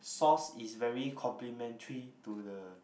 sauce is very complimentary to the